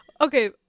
Okay